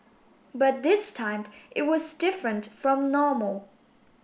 but this time it was different from normal